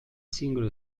singolo